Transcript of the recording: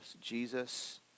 Jesus